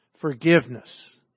forgiveness